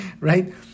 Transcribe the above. Right